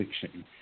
fiction